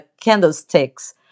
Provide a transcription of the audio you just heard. candlesticks